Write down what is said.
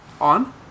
on